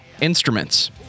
instruments